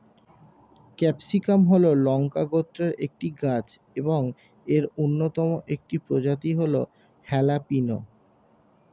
capsicum হল লঙ্কা গোত্রের একটি গাছ এবং এর অন্যতম একটি প্রজাতি হল হ্যালাপিনো